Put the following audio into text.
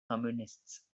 communists